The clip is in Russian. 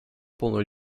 полную